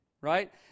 Right